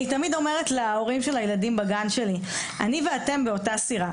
אני תמיד אומרת להורים של הילדים בגן שלי אני ואתם באותה סירה,